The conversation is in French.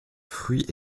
fruit